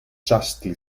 justly